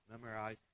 memorize